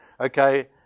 Okay